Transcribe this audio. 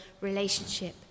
relationship